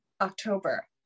October